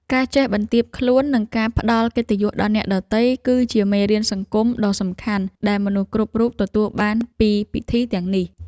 ការចេះបន្ទាបខ្លួន និងការផ្តល់កិត្តិយសដល់អ្នកដទៃ គឺជាមេរៀនសង្គមដ៏សំខាន់ដែលមនុស្សគ្រប់រូបទទួលបានពីពិធីទាំងនេះ។